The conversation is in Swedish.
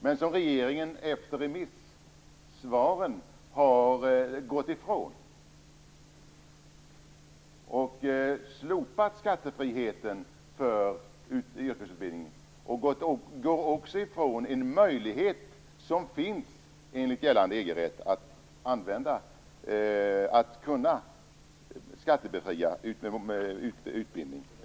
Men den har regeringen efter remissvaren gått ifrån och slopat skattefriheten för yrkesutbildningen. Man går också ifrån en möjlighet som finns enligt gällande EG-rätt att skattebefria yrkesutbildning.